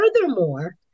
furthermore